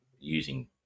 using